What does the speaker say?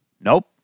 Nope